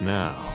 now